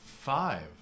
Five